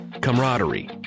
camaraderie